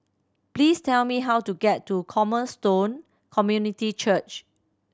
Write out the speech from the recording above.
please tell me how to get to Cornerstone Community Church